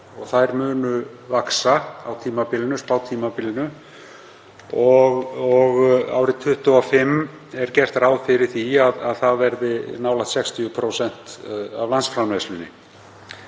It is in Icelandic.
og þær munu vaxa á tímabilinu, spátímabilinu. Árið 2025 er gert ráð fyrir að þær verði nálægt 60% af landsframleiðslunni.